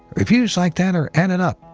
reviews like that are added up,